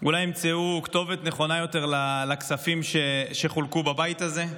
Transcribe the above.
אולי ימצאו כתובת נכונה יותר לכספים שחולקו בבית הזה.